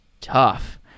tough